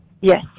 Yes